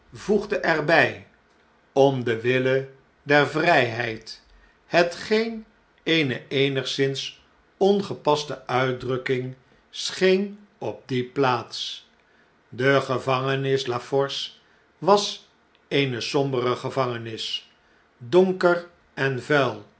voegde er bj oai den wille der vrjjheid hetgeen eene eenigszins ongepaste uitdrukking scheen op die plaats de gevangenis la force was eene sombere gevangenis donker en vuil